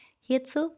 Hierzu